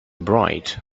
bright